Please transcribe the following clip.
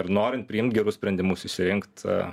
ir norint priimt gerus sprendimus išsirinkt a